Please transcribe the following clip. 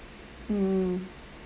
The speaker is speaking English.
um